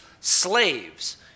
slaves